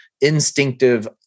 instinctive